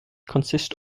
consists